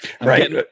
Right